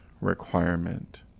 requirement